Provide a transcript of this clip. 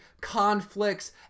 conflicts